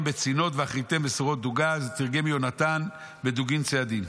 בצנות ואחריתכם בסירות דוגה" את זה תרגם יונתן בדוגית ציידין.